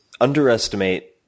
underestimate